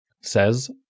says